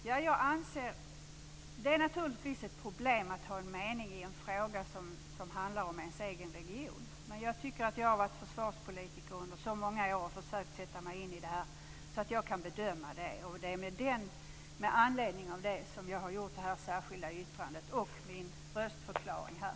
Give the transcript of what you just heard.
Herr talman! Det är naturligtvis ett problem att ha en avvikande mening i en fråga som handlar om ens egen region, men jag tycker att jag har varit försvarspolitiker under så många år och försökt sätta mig in i detta så att jag kan bedöma det. Det är med anledning av det som jag har gjort detta särskilda yttrande och avgivit min röstförklaring här.